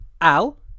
Al